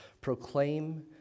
Proclaim